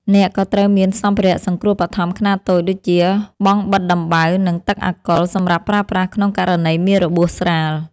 អ្នកក៏ត្រូវមានសម្ភារៈសង្គ្រោះបឋមខ្នាតតូចដូចជា បង់បិទដំបៅ និងទឹកអាល់កុល សម្រាប់ប្រើប្រាស់ក្នុងករណីមានរបួសស្រាល។